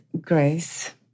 Grace